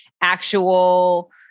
actual